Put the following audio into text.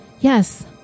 Yes